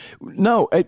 No